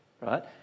right